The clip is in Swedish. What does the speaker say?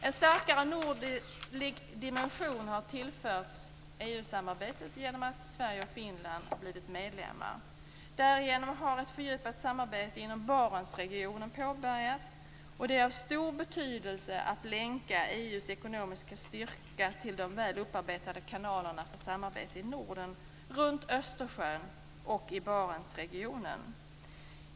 En starkare nordlig dimension har tillförts EU samarbetet genom att Sverige och Finland blivit medlemmar. Därigenom har ett fördjupat samarbete inom Barentsregionen påbörjats. Det är av stor betydelse att länka EU:s ekonomiska styrka till de väl upparbetade kanalerna för samarbete i Norden, runt Östersjön och i Barentsregionen.